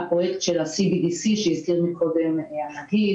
הפרויקט של ה-CBDC שהזכיר קודם הנגיד,